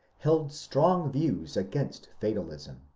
held strong views against fatalism,